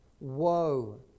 woe